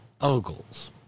Ogles